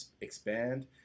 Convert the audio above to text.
expand